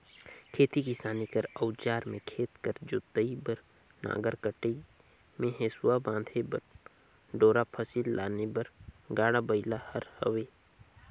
खेती किसानी कर अउजार मे खेत कर जोतई बर नांगर, कटई मे हेसुवा, बांधे बर डोरा, फसिल लाने बर गाड़ा बइला हर हवे